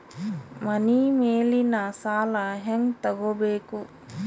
ಮನಿ ಮೇಲಿನ ಸಾಲ ಹ್ಯಾಂಗ್ ತಗೋಬೇಕು?